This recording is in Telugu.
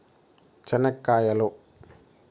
చెనిక్కాయలు